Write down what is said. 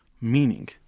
meaning